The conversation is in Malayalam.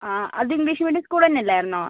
ആ അത് ഇംഗ്ലീഷ് മീഡിയം സ്കൂൾ തന്നെ അല്ലായിരുന്നോ